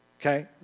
Okay